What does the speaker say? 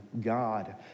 God